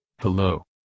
Hello